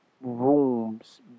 rooms